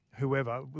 whoever